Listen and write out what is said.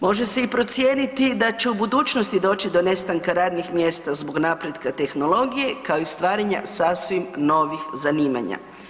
Može se i procijeniti da će i u budućnosti doći do nestanka radnih mjesta zbog napretka tehnologije, ako i stvaranja sasvim novih zanimanja.